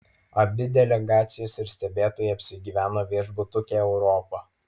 abi delegacijos ir stebėtojai apsigyveno viešbutuke europa